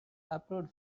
approved